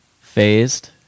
phased